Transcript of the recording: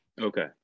Okay